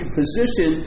position